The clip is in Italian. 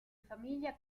famiglia